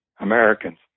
Americans